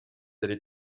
est